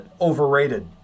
overrated